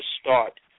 start